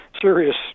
serious